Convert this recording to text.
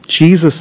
Jesus